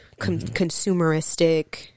consumeristic